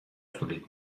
تولید